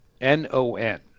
N-O-N